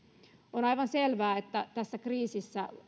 on aivan selvää että tässä kriisissä